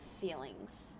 feelings